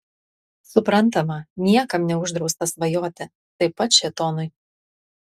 suprantama niekam neuždrausta svajoti taip pat šėtonui